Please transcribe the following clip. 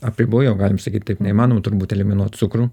apribojau galim sakyt taip neįmanoma turbūt eliminuot cukrų